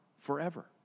forever